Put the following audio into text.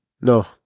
No